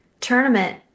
Tournament